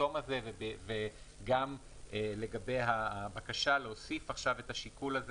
השסתום הזה וגם לגבי הבקשה להוסיף עכשיו את השיקול הזה